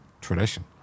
tradition